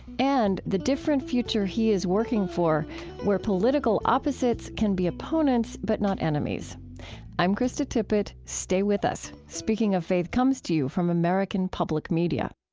and the different future he is working for where political opposites can be opponents but not enemies i'm krista tippett. stay with us. speaking of faith comes to you from american public media